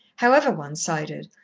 however one-sided,